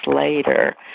later